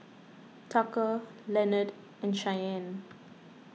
Tucker Leonard and Shyanne